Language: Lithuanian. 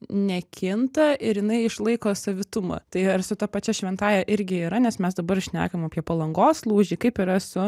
nekinta ir jinai išlaiko savitumą tai ar su ta pačia šventąja irgi yra nes mes dabar šnekam apie palangos lūžį kaip yra su